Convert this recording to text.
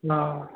हा